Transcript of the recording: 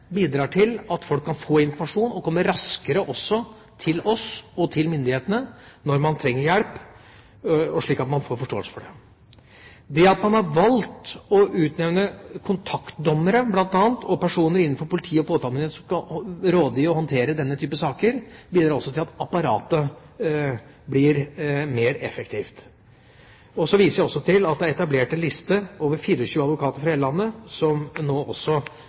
bidrar til at folk kan få informasjon og komme raskere også til oss, til myndighetene, når man trenger hjelp, og slik at man får forståelse for det. Det at man har valgt å utnevne bl.a. kontaktdommere og personer innenfor politi og påtalemyndighet som skal gi råd og håndtere denne type saker, bidrar også til at apparatet blir mer effektivt. Så viser jeg også til at det er etablert en liste over 24 advokater fra hele landet som nå